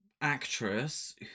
actress